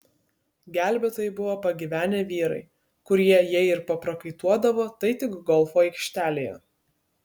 gelbėtojai buvo pagyvenę vyrai kurie jei ir paprakaituodavo tai tik golfo aikštelėje